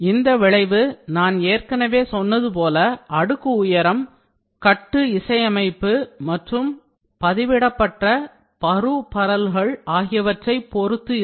இந்த விளைவு நான் ஏற்கனவே சொன்னது போல அடுக்கு உயரம் கட்டு இசையமைப்பு மற்றும் பதிவிடப்பட்ட பரு பரல்கள் ஆகியவற்றைப் பொறுத்து இருக்கும்